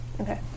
Okay